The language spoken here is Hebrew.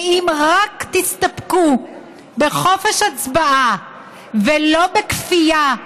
ואם רק תסתפקו בחופש הצבעה ולא בכפייה,